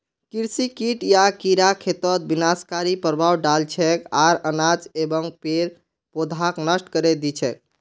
कृषि कीट या कीड़ा खेतत विनाशकारी प्रभाव डाल छेक आर अनाज एवं पेड़ पौधाक नष्ट करे दी छेक